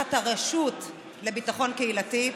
תחת הרשות לביטחון קהילתי,